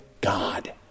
God